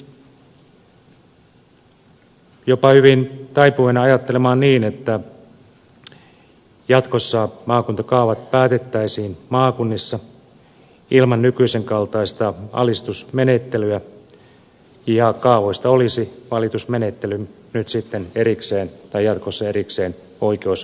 olisin jopa hyvin taipuvainen ajattelemaan niin että jatkossa maakuntakaavat päätettäisiin maakunnissa ilman nykyisen kaltaista alistusmenettelyä ja kaavoista olisi valitusmenettely jatkossa erikseen oikeusprosessissa